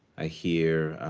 i hear